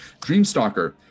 Dreamstalker